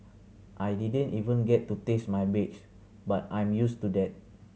I didn't even get to taste my bakes but I'm used to that